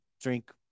drink